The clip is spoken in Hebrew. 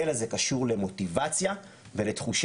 אלא זה קשור למוטיבציה ולתחושה.